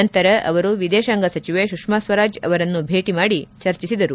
ನಂತರ ಅವರು ವಿದೇಶಾಂಗ ಸಚಿವೆ ಸುಷಾಸ್ತರಾಜ್ ಅವರನ್ನು ಭೇಟಿ ಮಾಡಿ ಚರ್ಚಿಸಿದರು